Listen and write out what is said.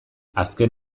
azken